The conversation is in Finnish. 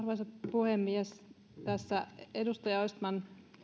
puhemies tässä edustaja östman